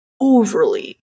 overly